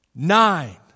Nine